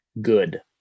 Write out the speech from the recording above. good